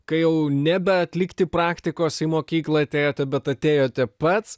kai jau nebe atlikti praktikos į mokyklą atėjote bet atėjote pats